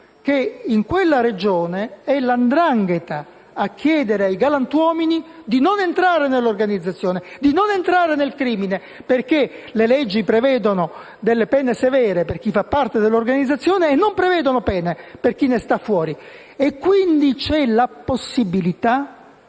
che in quella Regione è la 'ndrangheta a chiedere ai galantuomini di non entrare nell'organizzazione e nel crimine, perché le leggi prevedono delle pene severe per chi fa parte dell'organizzazione e non per chi ne sta fuori. Quindi, c'è la possibilità